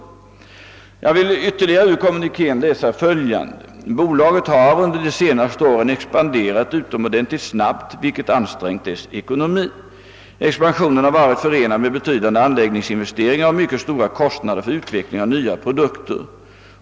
Jag vill ur kommunikén ytterligare anföra följande: Bolaget har under de senaste åren expanderat utomordentligt snabbt, vilket ansträngt dess ekonomi. Expansionen har varit förenad med betydande anläggningsinvesteringar och mycket stora kostnader för utvecklingen av nya produkter.